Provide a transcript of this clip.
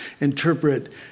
interpret